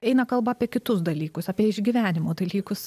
eina kalba apie kitus dalykus apie išgyvenimo dalykus